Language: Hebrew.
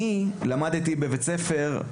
כשאני למדתי בבית ספר,